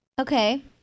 okay